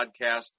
podcast